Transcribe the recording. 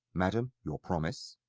madam, your promise.